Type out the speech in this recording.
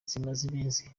iminsi